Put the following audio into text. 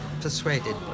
persuaded